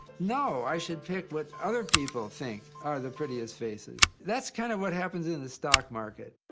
no, i should pick what other people think are the prettiest faces. that's kind of what happens in the stock market.